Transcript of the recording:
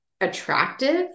Attractive